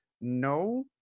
No